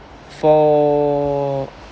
for